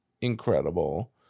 Incredible